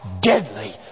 deadly